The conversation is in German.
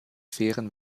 fairen